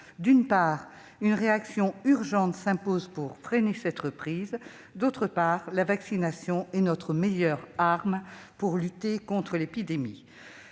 d'une part, une réaction urgente s'impose pour freiner cette reprise ; d'autre part, la vaccination est notre meilleure arme pour lutter contre l'épidémie.